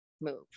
move